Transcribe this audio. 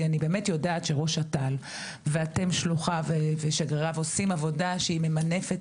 אני באמת יודעת שראש אט"ל ואתם שלוחו ושגריריו עושים עבודה שהיא ממנפת,